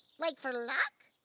like for luck?